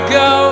go